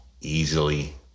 easily